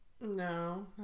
No